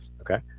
Okay